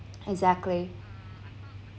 exactly